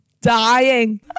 dying